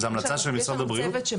זה המלצה של משרד הבריאות?